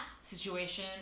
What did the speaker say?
situation